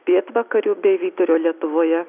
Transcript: pietvakarių bei vidurio lietuvoje